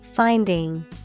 finding